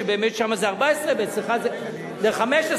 ששם זה 14 ואצלך זה 15,